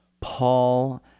Paul